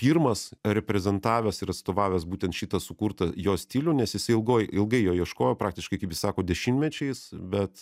pirmas reprezentavęs ir atstovavęs būtent šitą sukurtą jo stilių nes jis ilgoj ilgai jo ieškojo praktiškai kaip jis sako dešimtmečiais bet